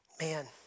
man